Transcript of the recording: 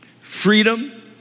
freedom